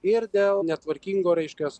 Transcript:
ir dėl netvarkingo reiškias